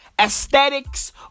aesthetics